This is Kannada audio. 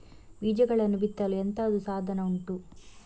ಬೀಜಗಳನ್ನು ಬಿತ್ತಲು ಎಂತದು ಸಾಧನ ಉಂಟು?